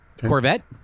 Corvette